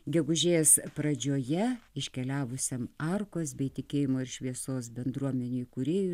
gegužės pradžioje iškeliavusiam arkos bei tikėjimo ir šviesos bendruomenei kūrėjui